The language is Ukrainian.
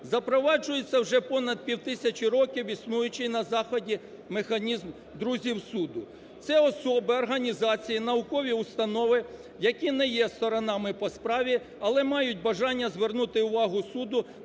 запроваджується вже понад півтисячу років існуючий на заході механізм друзів суду. Це особи, організації, наукові установи, які не є сторонами по справі, але мають бажання звернути увагу суду